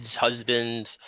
husbands